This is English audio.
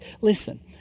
Listen